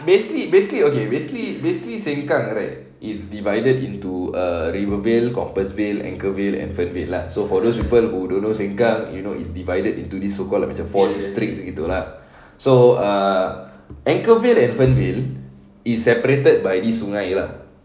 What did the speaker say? basically basically okay basically basically sengkang right it's divided into a rivervale compassvale anchorvale and fernvale lah so for those people who don't know sengkang you know is divided into this so called macam four districts gitu lah so err anchorvale and fernvale is separated by this sungai lah